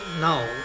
now